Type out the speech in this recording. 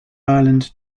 ireland